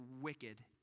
wicked